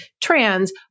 trans